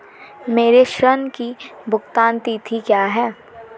मेरे ऋण की भुगतान तिथि क्या है?